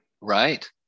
right